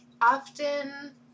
often